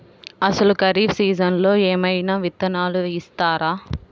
అసలు ఖరీఫ్ సీజన్లో ఏమయినా విత్తనాలు ఇస్తారా?